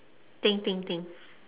think think think